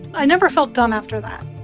i never felt dumb after that